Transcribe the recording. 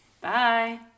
Bye